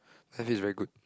then I feel is very good